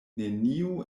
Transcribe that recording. neniu